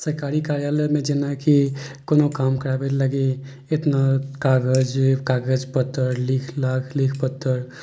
सरकारी कार्यालय मे जेनाकी कोनो काम कराबै लागी एतना कागज कागज पत्तर लिख लाख लिख पत्तर